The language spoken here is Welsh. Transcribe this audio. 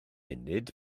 munud